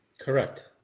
correct